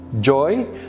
joy